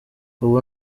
ubu